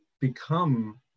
become